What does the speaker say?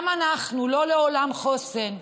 גם אנחנו, לא לעולם חוסן.